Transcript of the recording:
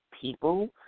people